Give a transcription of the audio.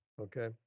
Okay